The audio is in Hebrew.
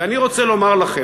ואני רוצה לומר לכם,